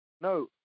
No